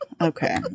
Okay